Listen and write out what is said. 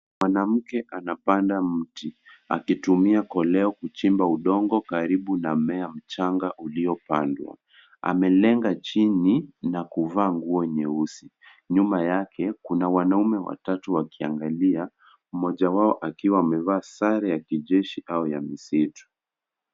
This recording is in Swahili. Mwanamke anapanda mti akitumia koleo kuchimba udongo karibu na mmea mchanga uliopandwa. Amelenga chini n akuvaa nguo nyeusi. Nyuma kuna wanaume watatu wakiangalia. Mmoja wao akiwa amevaa sare ya kijeshi au ya misitu.